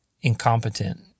incompetent